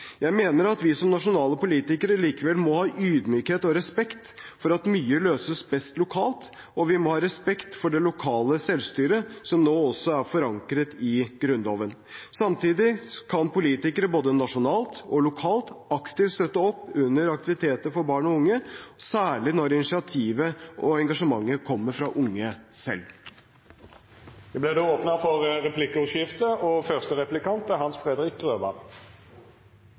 Jeg mener at vi nasjonale politikere likevel må ha ydmykhet og respekt for at mye løses best lokalt, og vi må ha respekt for det lokale selvstyret som nå også er forankret i Grunnloven. Samtidig kan politikere både nasjonalt og lokalt aktivt støtte opp under aktiviteter for barn og unge, og særlig når initiativet og engasjementet kommer fra unge selv. Det vert replikkordskifte. Jeg er veldig glad for